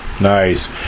Nice